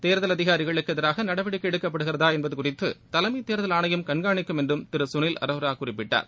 தேர்தல் அதிகாரிகளுக்கு எதிராக நடவடிக்கை எடுக்கப்படுகிறதா என்பது குறித்து தலைமைத் தேர்தல் ஆணையம் கண்காணிக்கும் என்றும் திரு சுனில் அரோரா குறிப்பிட்டார்